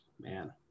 man